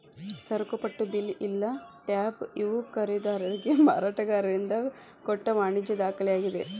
ಸರಕುಪಟ್ಟ bill ಇಲ್ಲಾ tab ಇವು ಖರೇದಿದಾರಿಗೆ ಮಾರಾಟಗಾರರಿಂದ ಕೊಟ್ಟ ವಾಣಿಜ್ಯ ದಾಖಲೆಯಾಗಿದೆ